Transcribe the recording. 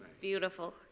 Beautiful